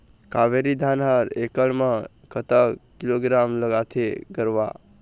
कावेरी धान हर एकड़ म कतक किलोग्राम लगाथें गरवा?